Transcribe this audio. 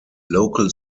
local